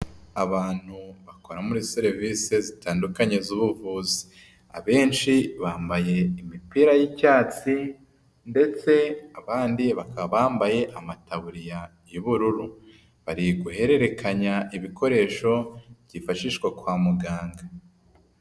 Abantu bakora muri serivisi zitandukanye z'ubuvuzi. Abenshi bambaye imipira y'icyatsi ndetse abandi bakaba bambaye amataburiya y'ubururu. Bari guhererekanya ibikoresho byifashishwa kwa muganga.